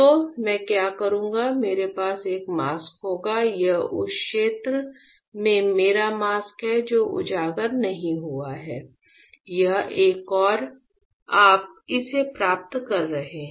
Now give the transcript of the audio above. तो मैं क्या करूँगा मेरे पास एक मास्क होगा यह उस क्षेत्र में मेरा मास्क है जो उजागर नहीं हुआ है यह एक और आप इसे प्राप्त कर रहे हैं